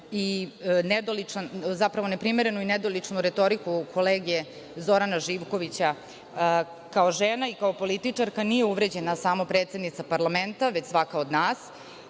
osudim neprimerenu i nedoličnu retoriku kolege Zorana Živkovića. Kao žena i kao političarka nije uvređena samo predsednica parlamenta, već svaka od nas.